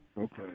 Okay